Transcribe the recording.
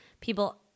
people